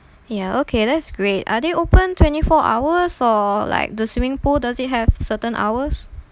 ya okay that's great are they open twenty four hours for like the swimming pool does it have certain hours